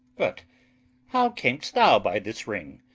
but how cam'st thou by this ring?